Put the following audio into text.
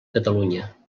catalunya